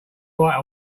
right